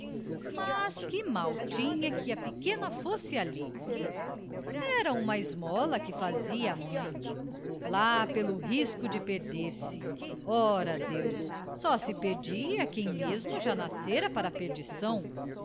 mas que mal tinha que a pequena fosse ali era uma esmola que fazia à mãe lá pelo risco de perder-se ora adeus só se perdia quem mesmo já nascera para a perdição